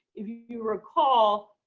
if you recall